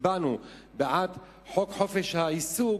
שהצבענו בעד חוק חופש העיסוק,